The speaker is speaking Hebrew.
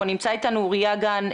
נמצא איתנו אוריה גן,